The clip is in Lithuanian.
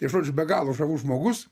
tai žodžių be galo žavus žmogus